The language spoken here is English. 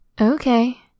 Okay